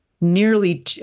nearly